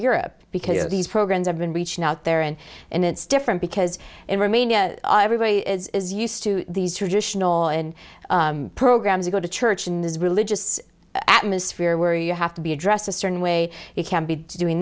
europe because of these programs have been reaching out there and and it's different because in romania everybody is used to these traditional and programs go to church in this religious atmosphere where you have to be addressed a certain way you can be doing